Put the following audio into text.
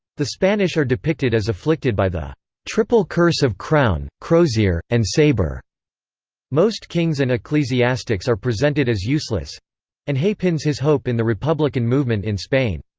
the spanish are depicted as afflicted by the triple curse of crown, crozier, and sabre most kings and ecclesiastics are presented as useless and hay pins his hope in the republican movement in spain.